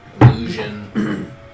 illusion